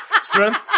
strength